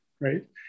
Right